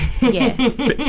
yes